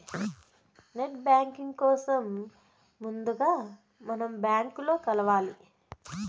net banking కోసం ముందుగా మనం బ్యాంకులో కలవాలి